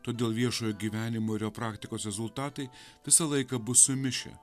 todėl viešojo gyvenimo ir jo praktikos rezultatai visą laiką bus sumišę